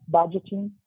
budgeting